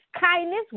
kindness